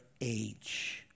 age